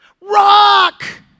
rock